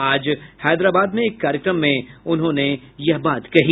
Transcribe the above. आज हैदराबाद में एक कार्यक्रम में उन्होंने यह बात कही